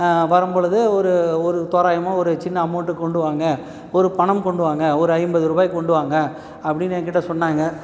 வரும் பொழுது ஒரு ஒரு தோரயமாக ஒரு சின்ன அமௌண்டு கொண்டு வாங்க ஒரு பணம் கொண்டு வாங்க ஒரு ஐம்பது ரூபாய் கொண்டு வாங்க அப்படின்னு என்கிட்ட சொன்னாங்க